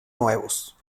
nuevos